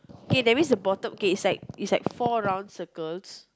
okay that means the bottom okay it's like it's like four round circles